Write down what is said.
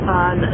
on